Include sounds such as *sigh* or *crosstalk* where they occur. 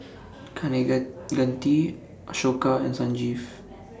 *noise* Kaneganti Ashoka and Sanjeev *noise*